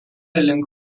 link